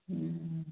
ହୁଁ ହୁଁ